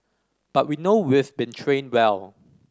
but we know we've been trained well